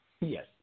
Yes